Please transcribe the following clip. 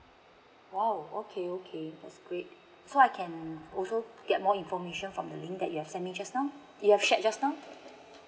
!wow! okay okay that's great so I can um also get more information from the link that you have sent me just now you have shared just now